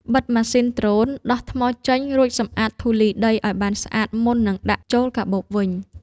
បិទម៉ាស៊ីនដ្រូន ដោះថ្មចេញ រួចសម្អាតធូលីដីឱ្យបានស្អាតមុននឹងដាក់ចូលកាបូបវិញ។